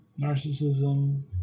narcissism